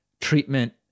treatment